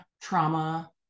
trauma